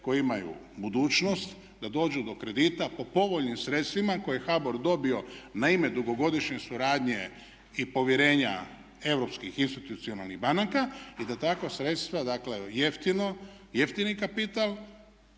koji imaju budućnost da dođu do kredita po povoljnim sredstvima koje je HBOR dobio na ime dugogodišnje suradnje i povjerenja Europskih institucionalnih banaka i da takva sredstva dakle jeftino, jeftini kapital